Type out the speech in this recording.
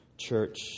church